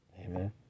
Amen